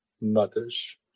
mothers